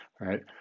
right